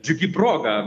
džiugi proga